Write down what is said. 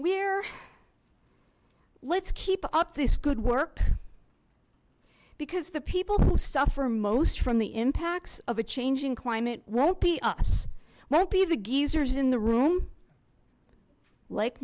we're let's keep up this good work because the people who suffer most from the impacts of a changing climate won't be us won't be the geezers in the room like